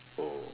oh